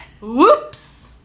whoops